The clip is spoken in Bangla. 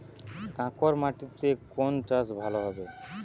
কাঁকর মাটিতে কোন চাষ ভালো হবে?